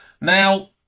Now